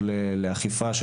או לאכיפה של